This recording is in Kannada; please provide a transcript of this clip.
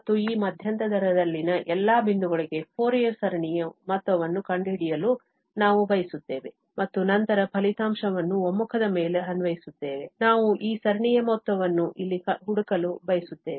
ಮತ್ತು ಈ ಮಧ್ಯಂತರದಲ್ಲಿನ ಎಲ್ಲಾ ಬಿಂದುಗಳಿಗೆ ಫೋರಿಯರ್ ಸರಣಿಯ ಮೊತ್ತವನ್ನು ಕಂಡುಹಿಡಿಯಲು ನಾವು ಬಯಸುತ್ತೇವೆ ಮತ್ತು ನಂತರ ಫಲಿತಾಂಶವನ್ನು ಒಮ್ಮುಖದ ಮೇಲೆ ಅನ್ವಯಿಸುತ್ತೇವೆ ನಾವು ಈ ಸರಣಿಯ ಮೊತ್ತವನ್ನು ಇಲ್ಲಿ ಹುಡುಕಲು ಬಯಸುತ್ತೇವೆ